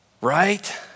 right